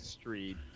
Street